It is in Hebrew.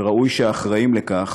ראוי שהאחראים לכך